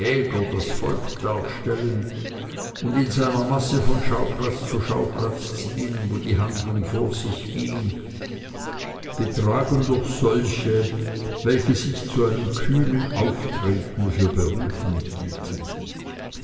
das volk darstellen und in seiner masse von schauplatz zu schauplatz ziehen wo die handlung vor sich ging getragen durch solche welche sich zu einem kühnen auftreten für berufen hielten